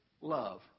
Love